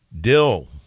dill